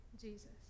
Jesus